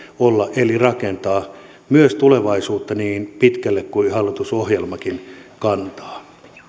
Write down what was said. olla eli rakentaa myös tulevaisuutta niin pitkälle kuin hallitusohjelmakin kantaa